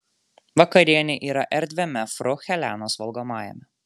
vakarienė yra erdviame fru helenos valgomajame